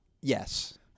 Yes